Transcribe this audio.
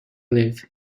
live